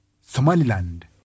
Somaliland